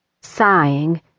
Sighing